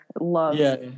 love